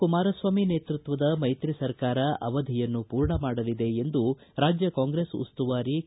ಕುಮಾರಸ್ವಾಮಿ ನೇತೃತ್ವದ ಮೈತ್ರಿ ಸರ್ಕಾರ ಅವಧಿಯನ್ನು ಪೂರ್ಣ ಮಾಡಲಿದೆ ಎಂದು ರಾಜ್ಯ ಕಾಂಗ್ರೆಸ್ ಉಸ್ತುವಾರಿ ಕೆ